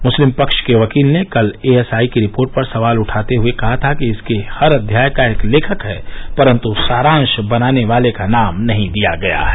मुस्लिम पक्ष के वकील ने कल एएसआई की रिपोर्ट पर सवाल उठाते हुए कहा था कि इसके हर अध्याय का एक लेखक है परन्तु सारांश बनाने वाले का नाम नहीं दिया गया है